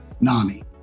NAMI